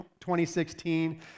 2016